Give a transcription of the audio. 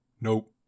nope